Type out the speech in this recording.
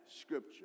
scripture